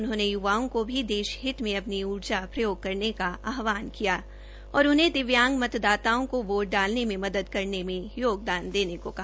उन्होंने य्वाओं का भी देश हित मे अपनी ऊर्जा प्रयोग करने का आह्वान किया और दिव्यांग मतदाताओं को वोट डालने में मदद करने में योगदान देने को कहा